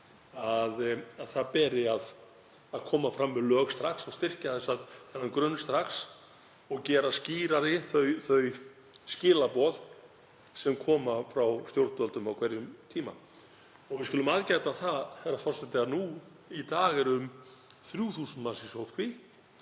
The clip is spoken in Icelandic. að það bæri að koma fram með lög strax og styrkja þennan grunn strax og gera skýrari þau skilaboð sem koma frá stjórnvöldum á hverjum tíma. Og við skulum aðgæta það, herra forseti, að nú í dag eru um 3.000 manns í